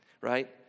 right